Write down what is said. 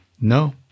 No